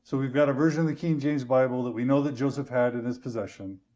so we've got a version of the king james bible that we know that joseph had in his possession.